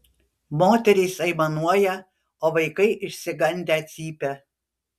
moterys aimanuoja o vaikai išsigandę cypia